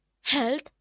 health